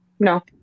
No